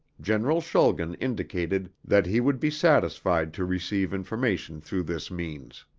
general schulgen indicated that he would be satisfied to receive information through this means.